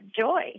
joy